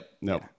no